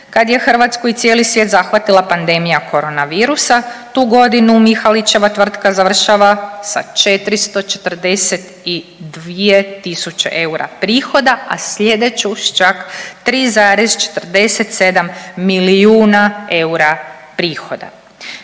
kad je Hrvatsku i cijeli svijet zahvatila pandemija koronavirusa, tu godinu Mihalićeva tvrtka završava sa 442 tisuće eura prihoda, a slijedeću s čak 3,47 milijuna eura prihoda,